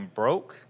broke